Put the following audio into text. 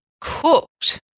cooked